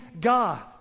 God